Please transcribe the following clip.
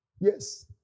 Yes